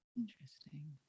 Interesting